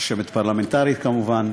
רשמת פרלמנטרית כמובן,